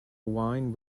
wine